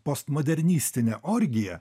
postmodernistinė orgija